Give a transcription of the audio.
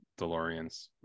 Deloreans